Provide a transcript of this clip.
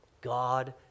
God